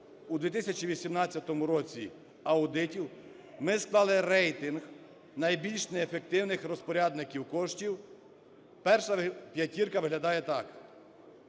у 2018 році аудитів ми склали рейтинг найбільш неефективних розпорядників коштів. Перша п'ятірка виглядає так.